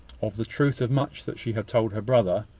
of the truth of much that she had told her brother,